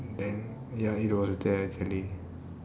then ya it was there actually